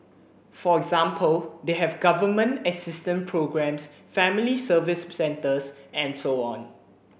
for example they have Government assistant programmes family service centres and so on